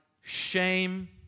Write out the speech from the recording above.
shame